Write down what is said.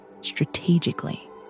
strategically